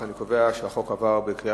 ההצעה להעביר את הצעת חוק העונשין (תיקון מס'